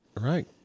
Right